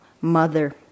mother